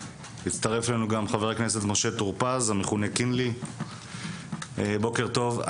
הצטרף אלינו גם חבר הכנסת משה טור-פז, בוקר טוב.